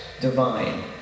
divine